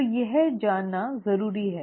तो यह जानना जरूरी है